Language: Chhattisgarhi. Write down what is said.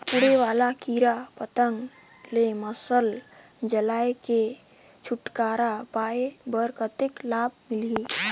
उड़े वाला कीरा पतंगा ले मशाल जलाय के छुटकारा पाय बर कतेक लाभ मिलही?